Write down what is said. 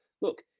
look